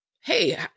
Hey